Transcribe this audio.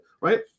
Right